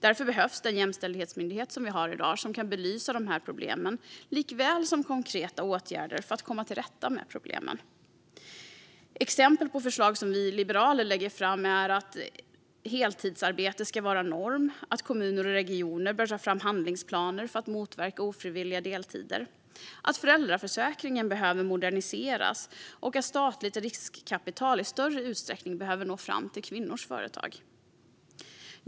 Därför behövs den jämställdhetsmyndighet vi har i dag, som kan belysa dessa problem, liksom konkreta åtgärder för att komma till rätta med problemen. Exempel på förslag som vi liberaler lägger fram är att heltidsarbete ska vara norm och att kommuner och regioner ska ta fram handlingsplaner för att motverka ofrivilliga deltider. Föräldraförsäkringen behöver också moderniseras, och statligt riskkapital behöver i större utsträckning nå fram till kvinnors företag.